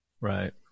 Right